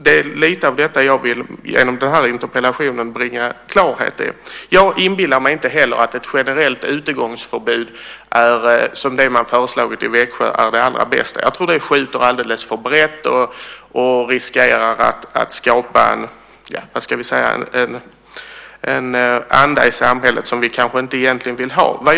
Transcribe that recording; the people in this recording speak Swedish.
Det är detta jag med hjälp av denna interpellation vill bringa klarhet i. Jag inbillar mig inte att ett generellt utegångsförbud, som det som har föreslagits i Växjö, är det allra bästa. Jag tror att det skjuter alldeles för brett och riskerar att skapa en anda i samhället som vi egentligen inte vill ha.